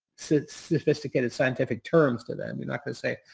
sophisticated scientific terms to them. you're not going to say,